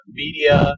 media